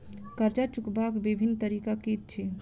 कर्जा चुकबाक बिभिन्न तरीका की अछि?